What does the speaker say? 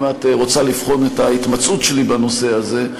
אם את רוצה לבחון את ההתמצאות שלי בנושא הזה,